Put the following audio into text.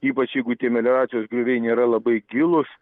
ypač jeigu tie melioracijos grioviai nėra labai gilūs